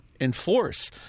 enforce